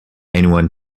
anyone